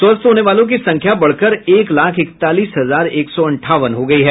स्वस्थ होने वालों की संख्या बढ़कर एक लाख इकतालीस हजार एक सौ अंठावन हो गयी है